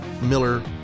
Miller